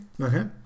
Okay